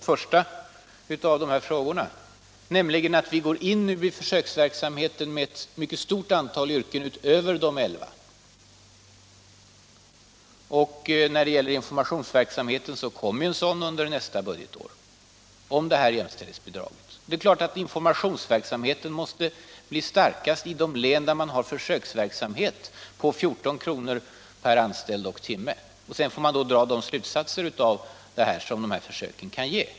Herr talman! Fru Leijon har ju fått svaret på den första av frågorna, nämligen att vi går in i försöksverksamheten med ett mycket stort antal yrken utöver de elva. När det gäller informationsverksamheten har jag sagt att en sådan kommer under nästa budgetår. Det är klart att informationsverksamheten måste bli starkast i de län där man har försöksverksamhet på 14 kr. per anställd och timme. Sedan får man dra de slutsatser som dessa försök kan föranleda.